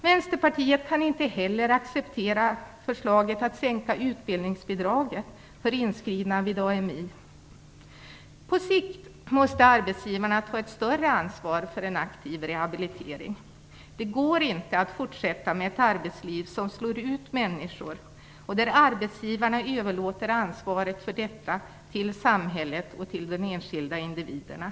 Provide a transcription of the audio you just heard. Vänsterpartiet kan inte heller acceptera förslaget att sänka utbildningsbidraget för inskrivna vid AMI. På sikt måste arbetsgivarna ta ett större ansvar för en aktiv rehabilitering. Det går inte att fortsätta med ett arbetsliv som slår ut människor och där arbetsgivarna överlåter ansvaret för detta till samhället och till de enskilda individerna.